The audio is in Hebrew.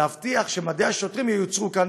להבטיח שמדי השוטרים ייוצרו כאן,